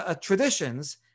traditions